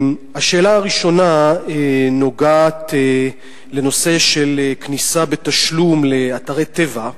השאלה הראשונה נוגעת לנושא הכניסה בתשלום לאתרי טבע.